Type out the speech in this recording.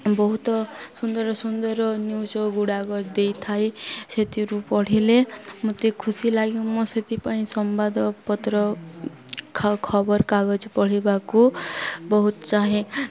ବହୁତ ସୁନ୍ଦର ସୁନ୍ଦର ନ୍ୟୁଜ୍ ଗୁଡ଼ାକ ଦେଇଥାଏ ସେଥିରୁ ପଢ଼ିଲେ ମୋତେ ଖୁସି ଲାଗେ ମୁଁ ସେଥିପାଇଁ ସମ୍ବାଦପତ୍ର ଖବରକାଗଜ ପଢ଼ିବାକୁ ବହୁତ ଚାହେଁ